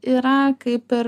yra kaip ir